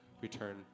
return